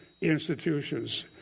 institutions